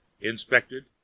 inspected